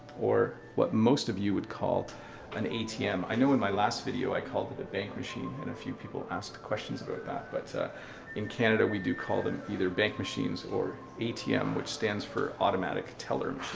or what most of you would call an atm. i know in my last video i called it a bank machine and a few people asked questions about that. but in canada, we do call them either bank machines or atm, which stands for automatic teller